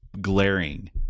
glaring